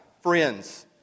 Friends